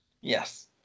Yes